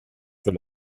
sur